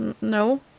No